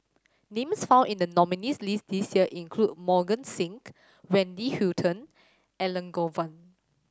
names found in the nominees' list this year include Mohan Singh Wendy Hutton Elangovan